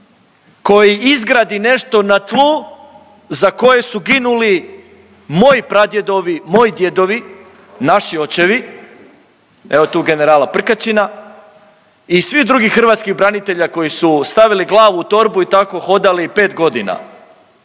koji izgradi nešto na tlu za koje su ginuli moji pradjedovi, moji djedovi, naši očevi. Evo tu generala Prkačina i svih drugih hrvatskih branitelja koji su stavili glavu u torbu i tako hodali pet godina.